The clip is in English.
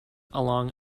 along